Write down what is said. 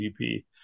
GDP